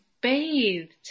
bathed